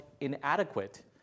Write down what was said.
inadequate